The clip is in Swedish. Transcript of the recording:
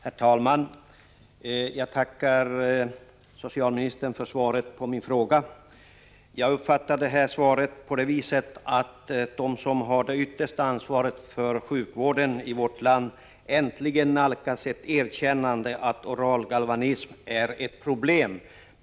Herr talman! Jag tackar socialministern för svaret på min fråga. Jag uppfattar svaret så, att de som har det yttersta ansvaret för sjukvården i vårt land äntligen nalkas ett erkännande av att oral galvanism är ett problem.